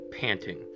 panting